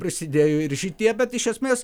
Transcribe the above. prisidėjo ir šitie bet iš esmės